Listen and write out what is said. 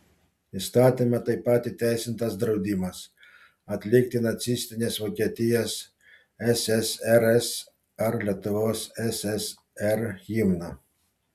įstatyme taip pat įteisintas draudimas atlikti nacistinės vokietijos ssrs ar lietuvos ssr himną